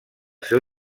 seu